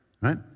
Right